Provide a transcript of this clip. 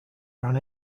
ran